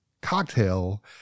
cocktail